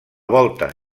volta